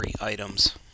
items